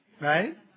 right